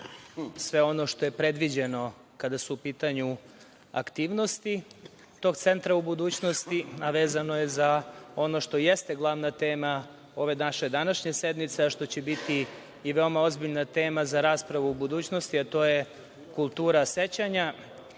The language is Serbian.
sve ono što je predviđeno kada su u pitanju aktivnosti tog centra u budućnosti, a vezano je za ono što jeste glavna tema ove naše današnje sednice, a što će biti i veoma ozbiljna tema za raspravu u budućnosti, a to je kultura sećanja,